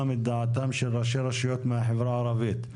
את דעתם של ראשי רשויות מהחברה הערבית.